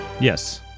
Yes